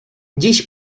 dziś